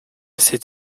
assez